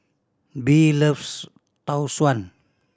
Bee loves Tau Suan